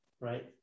right